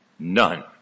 None